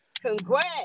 Congrats